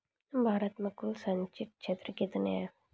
भारत मे कुल संचित क्षेत्र कितने हैं?